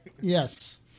Yes